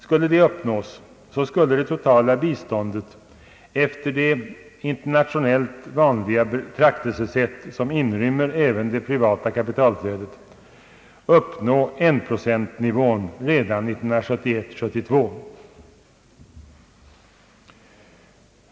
Skulle detta uppnås, skulle det totala biståndet efter det internationellt vanliga betraktelsesätt som inrymmer även det privata kapitalflödet nå enprocentsnivån redan 1971/72.